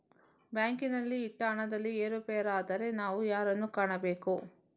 ಬ್ಯಾಂಕಿನಲ್ಲಿ ಇಟ್ಟ ಹಣದಲ್ಲಿ ಏರುಪೇರಾದರೆ ನಾವು ಯಾರನ್ನು ಕಾಣಬೇಕು?